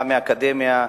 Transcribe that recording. גם מהאקדמיה,